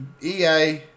EA